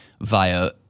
via